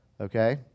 Okay